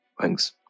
Thanks